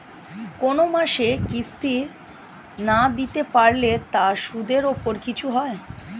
কোন মাসের কিস্তি না দিতে পারলে তার সুদের উপর কিছু হয়?